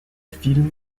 film